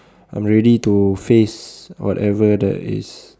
I'm ready to face whatever there is